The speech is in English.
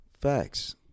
Facts